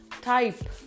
type